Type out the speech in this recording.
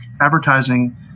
advertising